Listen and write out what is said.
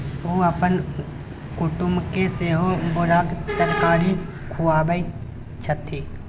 ओ अपन कुटुमके सेहो बोराक तरकारी खुआबै छथि